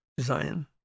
Zion